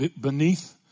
beneath